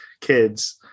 kids